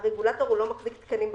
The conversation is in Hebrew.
הרגולטור לא מחזיר תקנים בכיס,